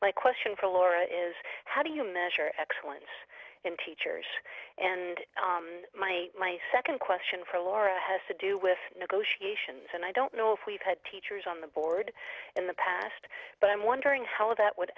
my question for laura is how do you measure excellence in teachers and my my second question for laura has to do with negotiations and i don't know if we've had teachers on the board in the past but i'm wondering how that would